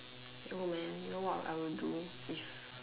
you know man you know what I would do if